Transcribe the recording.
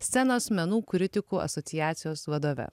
scenos menų kritikų asociacijos vadove